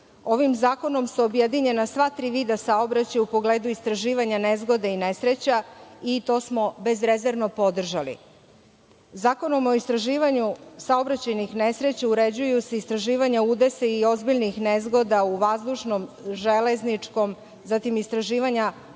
Ovim zakonom su objedinjena sva tri vida saobraćaja u pogledu istraživanja nezgoda i nesreća, i to smo bezrezervno podržali. Zakonom o istraživanju saobraćajnih nesreća uređuju se istraživanja udesa i ozbiljnih nezgoda u vazdušnom, železničkom, zatim istraživanja